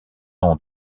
nom